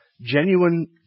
genuine